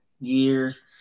years